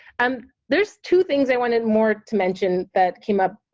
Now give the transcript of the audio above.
um tthere's two things i wanted more to mention that came up,